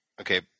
Okay